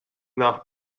nach